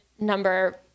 number